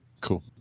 Cool